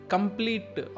complete